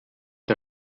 der